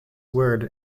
word